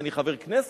אני חבר כנסת?